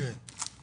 או.קיי.